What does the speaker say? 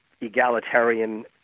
egalitarian